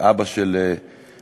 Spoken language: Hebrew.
אבא של אריאל,